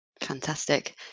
Fantastic